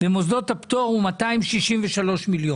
ומוסדות הפטור הוא 263 מיליון.